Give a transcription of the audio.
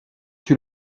tue